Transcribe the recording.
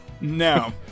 no